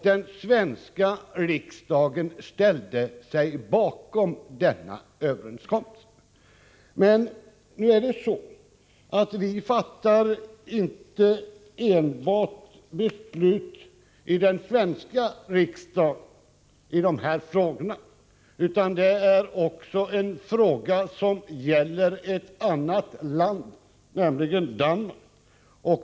Den svenska riksdagen ställde sig bakom denna överenskommelse. Men nu är det så att det fattas beslut i dessa frågor inte enbart i den svenska riksdagen utan frågorna gäller också ett annat land, nämligen Danmark.